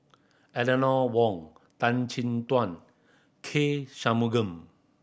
Eleanor Wong Tan Chin Tuan K Shanmugam